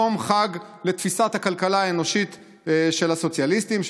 יום חג לתפיסת הכלכלה האנושית של הסוציאליסטים,